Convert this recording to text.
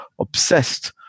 obsessed